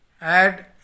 add